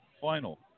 final